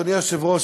אדוני היושב-ראש,